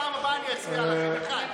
בפעם הבאה אני אצביע לכם.